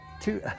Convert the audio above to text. two